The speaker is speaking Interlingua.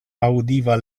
audiva